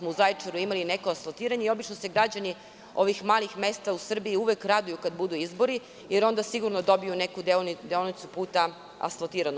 U Zaječaru smo imali neko asfaltiranje i obično se građani ovih malih mesta u Srbiji uvek raduju kada budu izbori, jer onda sigurno dobiju neku deonicu puta asfaltiranu.